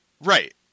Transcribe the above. Right